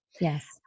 Yes